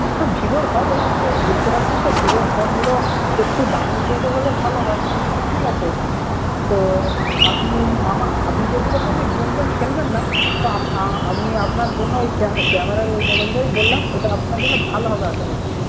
হ্যাঁ ভিভোর হবে কিন্তু বুঝতে পারছেন তো ভিভোর ফোনগুলো একটু দামি রেটের হলে ভালো হয় ঠিক আছে তো আপনি আপনি যেহেতু বললেন যে গেম টেম খেলবেন না তো আমি আপনার জন্য ওই ক্যামেরার ওই মোবাইলটাই বললাম ওইটা আপনার জন্য ভালো হবে আশা করছি